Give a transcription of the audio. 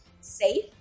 safe